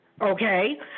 Okay